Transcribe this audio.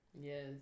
Yes